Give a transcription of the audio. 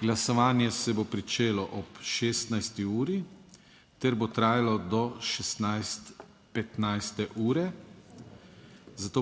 Glasovanje se bo pričelo ob 16. uri ter bo trajalo do 16. 15. ure.